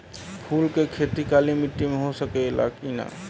फूल के खेती काली माटी में हो सकेला की ना?